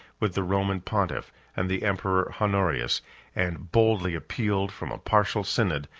with the roman pontiff and the emperor honorius and boldly appealed, from a partial synod,